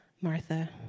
Martha